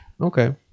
Okay